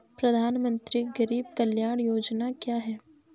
प्रधानमंत्री गरीब कल्याण योजना क्या है?